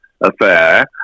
affair